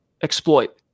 exploit